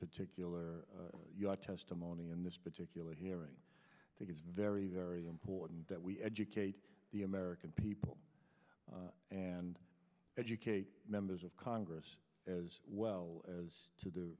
particular your testimony in this particular hearing i think is very very important that we educate the american people and educate members of congress as well as to the